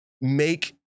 make